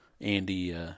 Andy